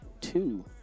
two